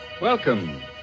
Welcome